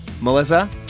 Melissa